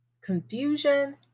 confusion